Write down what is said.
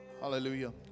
Hallelujah